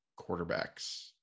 quarterbacks